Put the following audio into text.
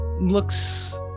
looks